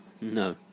No